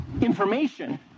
information